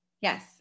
Yes